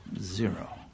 Zero